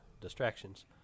distractions